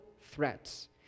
threats